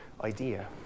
idea